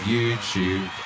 YouTube